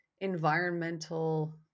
environmental